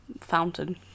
fountain